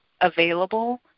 available